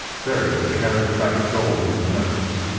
ferrier carried the bag of gold and notes,